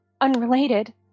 unrelated